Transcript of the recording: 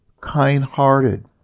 kind-hearted